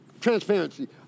transparency